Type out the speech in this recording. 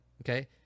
Okay